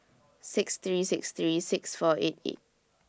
six three six three six four eight eight